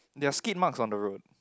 there are skid marks on the road